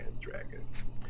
Dragons